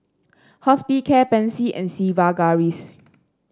Hospicare Pansy and Sigvaris